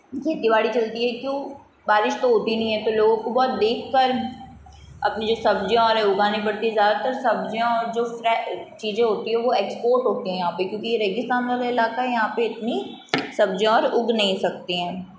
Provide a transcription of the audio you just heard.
खेती बाड़ी चलती है क्यों बारिश तो होती नहीं है तो लोग बहुत देखकर अपनी जो सब्जियाँ उगानी पड़ती है ज़्यादातर सब्जियाँ और जो चीज़ें होती हैं वो एक्सपोर्ट होती हैं यहाँ पे क्योंकि ये रेगिस्तान वाला इलाका है यहाँ पे इतनी सब्जियाँ उग नहीं सकती हैं